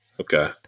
Okay